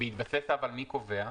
"בהתבסס על" מי קובע?